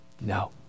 no